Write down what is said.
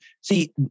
see